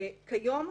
כיום,